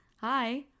Hi